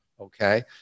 okay